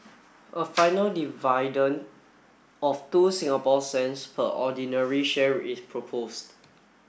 a final dividend of two Singapore cents per ordinary share is proposed